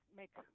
make